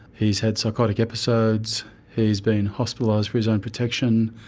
he's had psychotic episodes he's been hospitalised for his own protection.